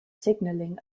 signaling